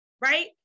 right